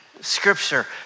Scripture